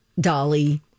Dolly